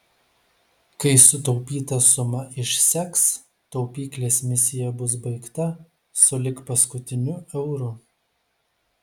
kai sutaupyta suma išseks taupyklės misija bus baigta sulig paskutiniu euru